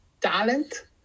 talent